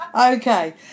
Okay